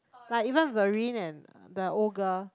but even Verene and the old girl